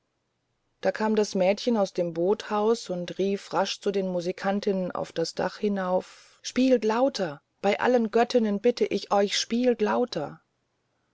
da kam das mädchen aus dem boothaus und rief rasch zu den musikantinnen auf das dach hinauf spielt lauter bei allen göttinnen bitte ich euch spielt lauter